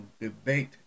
debate